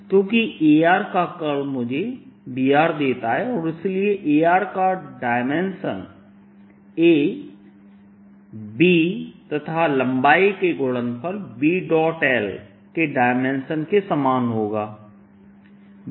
क्योंकि A का curl मुझे B देता है और इसलिए A का डायमेंशन A B तथा लंबाई के गुणनफल BL के डायमेंशन के समान होगा हैं